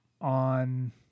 on